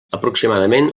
aproximadament